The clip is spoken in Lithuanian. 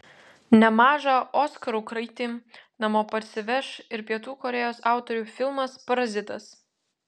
nemažą oskarų kraitį namo parsiveš ir pietų korėjos autorių filmas parazitas